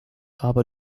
aber